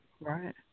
Right